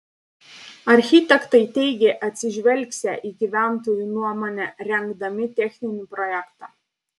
architektai teigė atsižvelgsią į gyventojų nuomonę rengdami techninį projektą